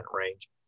range